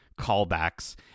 callbacks